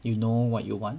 you know what you want